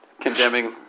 condemning